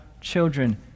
children